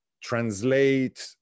translate